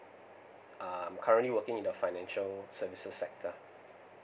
uh I'm currently working in the financial services sector